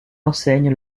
enseigne